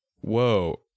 Whoa